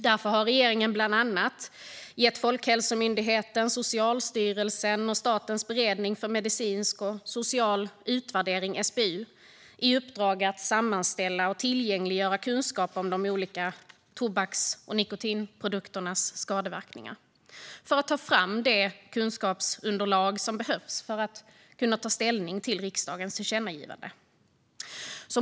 Därför har regeringen bland annat gett Folkhälsomyndigheten, Socialstyrelsen och Statens beredning för medicinsk och social utvärdering, SBU, i uppdrag att sammanställa och tillgängliggöra kunskap om de olika tobaks och nikotinprodukternas skadeverkningar för att ta fram det kunskapsunderlag som behövs för att kunna ta ställning till riksdagens tillkännagivande.